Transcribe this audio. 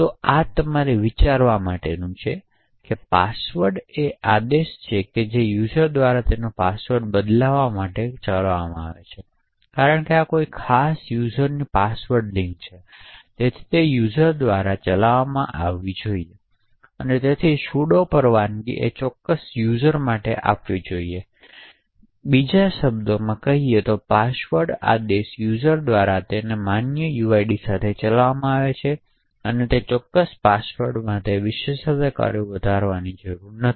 તો આ તમારે વિચારવા માટેનું છે પાસવર્ડ એ આદેશ છે જે યુઝર દ્વારા તેનો પાસવર્ડ બદલવા માટે ચલાવવામાં આવે છે કારણ કે આ કોઈ ખાસ યુઝરની પાસવર્ડ લિંક છે તેથી તે યુઝર દ્વારા ચલાવવામાં આવવી જોઈએ અને તેથી sudo પરવાનગી તે ચોક્કસ યુઝર માટે આપવી જોઈએ નહીં બીજા શબ્દોમાં કહીએ તો પાસવર્ડ આદેશ યુઝર દ્વારા તેના સામાન્ય uid સાથે ચલાવવામાં આવે છે અને તે ચોક્કસ પાસવર્ડ માટે વિશેષાધિકારો વધારવાની જરૂર નથી